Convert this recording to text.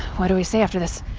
what do we say after this?